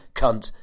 cunt